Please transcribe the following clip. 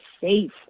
safe